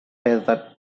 desert